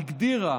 הגדירה